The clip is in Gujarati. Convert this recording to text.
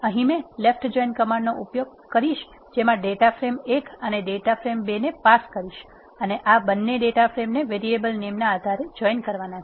અહી મેં લેફ્ટ જોઈન કમાન્ડ નો ઉપયોગ કરીશ જેમાં ડેટા ફ્રેમ ૧ અને ડેટા ફ્રેમ ૨ ને પાસ કરીશ અને મારે આ બંને ડેટા ફ્રેમ ને વેરીએબલ નેમ ના આધારે જોઈન કરવા છે